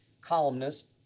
columnist